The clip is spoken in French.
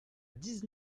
dix